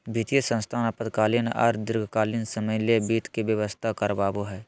वित्तीय संस्थान अल्पकालीन आर दीर्घकालिन समय ले वित्त के व्यवस्था करवाबो हय